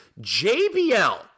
JBL